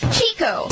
Chico